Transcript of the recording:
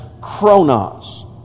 chronos